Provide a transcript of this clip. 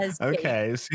Okay